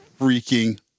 freaking